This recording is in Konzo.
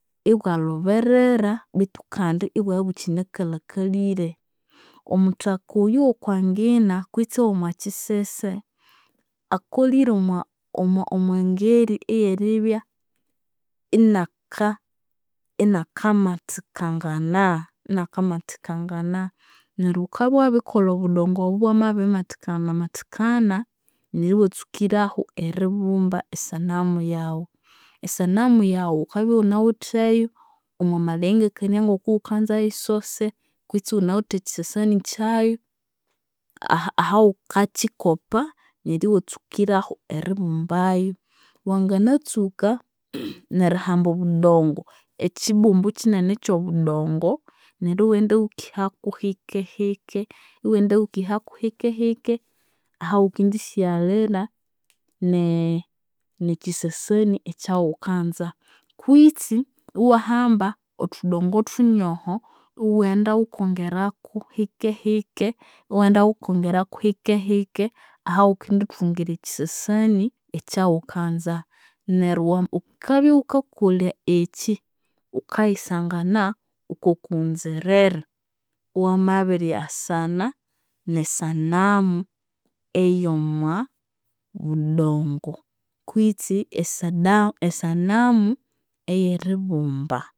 Ibwalhoberera betu kandi ibwabya ibukyinakalhakalire. Omuthaka oyu owokwangina kutse owomwakyisesa akolire omwa omwangeri eyeribya inaka inakamathikangana. Neryo ghukabya wabirikolha obudongo obo ibwamabirimathikana mathikana, iwatsuka erikolha esanamu yaghu. Esanamu yaghu ghukabya ighunawitheyu omwamalengikania ngokughukanza yisose kutse ighunawithe ekyisasani kyayu, aha- ahaghukakyikopa neryo iwatsukirahu eribumbayu. Wanginatsuka nerihamba obudongo, ekyibumbu kyinene ekyobudongo neryo iwaghenda ghukihaku hikehike iwaghenda ghukihaku hikehike ahaghukendisighalira ne- nekyisasani ekyaghukanza. Kwitsi iwahamba othudongo thunyoho, iwaghenda ghukongeraku hikehike, iwaghenda ghukongeraku hikehike ahaghukendithungira ekyisasani ekyaghukanza. Neryo ghukabya ghukakolha ekyi, ghukayisangana okwokughunzerera, iwamabiryasana nesanamu eyomwabudongo kutse esada esanamu eyeribumba.